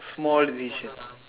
small division